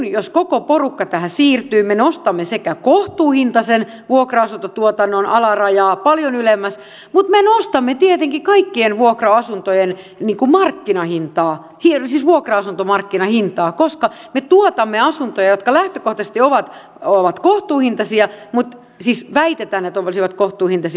jos koko porukka tähän siirtyy me nostamme kohtuuhintaisen vuokra asuntotuotannon alarajaa paljon ylemmäs mutta me nostamme tietenkin kaikkien vuokra asuntojen markkinahintaa siis vuokra asuntomarkkinahintaa koska me tuotamme asuntoja jotka lähtökohtaisesti ovat kohtuuhintaisia siis väitetään että olisivat kohtuuhintaisia